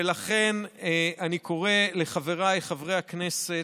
ולכן אני קורא לחבריי חברי הכנסת,